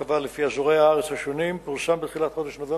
למחצבה הוגשה תוכנית שיקום, ש/1249,